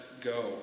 go